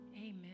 amen